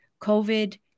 COVID